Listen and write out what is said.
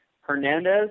Hernandez